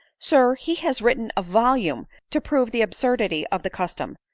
sir, he has written a volume to prove the absurdity of the custom.